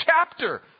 chapter